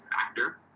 factor